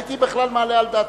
הייתי בכלל מעלה על דעתי?